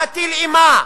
להטיל אימה.